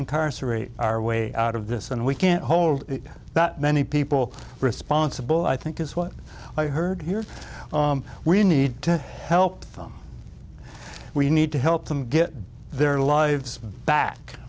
incarcerate our way out of this and we can't hold that many people responsible i think is what i heard here we need to help them we need to help them get their lives back